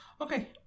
Okay